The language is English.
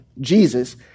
Jesus